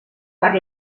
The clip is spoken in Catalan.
per